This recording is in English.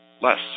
less